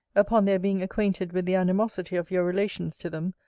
upon their being acquainted with the animosity of your relations to them,